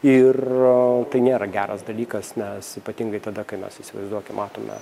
ir tai nėra geras dalykas nes ypatingai tada kai mes įsivaizduokim matome